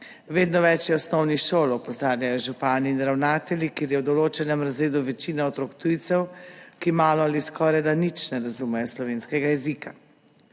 Vedno več je osnovnih šol, opozarjajo župani in ravnatelji, kjer je v določenem razredu večina otrok tujcev, ki malo ali skorajda nič ne razumejo slovenskega jezika.